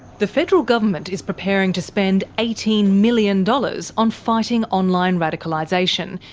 the federal government is preparing to spend eighteen million dollars on fighting online radicalisation,